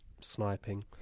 sniping